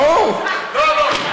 ברור, לא, לא.